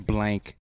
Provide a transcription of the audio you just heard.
Blank